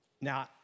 Now